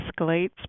escalates